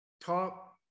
top